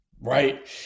Right